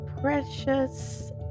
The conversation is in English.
precious